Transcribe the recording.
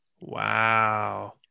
Wow